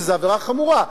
שזו עבירה חמורה,